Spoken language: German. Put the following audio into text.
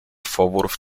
vorwurf